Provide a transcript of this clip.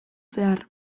zehar